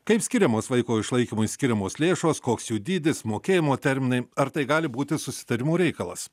kaip skiriamos vaiko išlaikymui skiriamos lėšos koks jų dydis mokėjimo terminai ar tai gali būti susitarimų reikalas